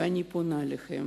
ואני פונה אליכם.